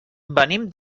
venim